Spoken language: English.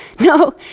No